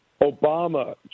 Obama